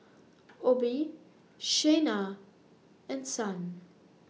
Obe Shayna and Son